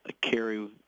carry